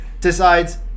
decides